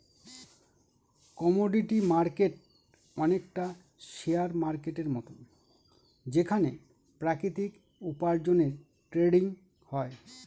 commodity market অনেকটা share মার্কেটের মতন যেখানে প্রাকৃতিক উপার্জনের ট্রেডিং হয়